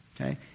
okay